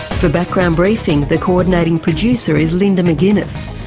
for background briefing the coordinating producer is linda mcginness,